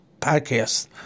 podcast